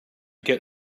get